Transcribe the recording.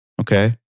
Okay